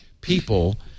people